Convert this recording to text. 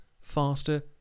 faster